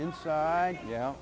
inside yeah